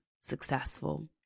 successful